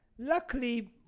luckily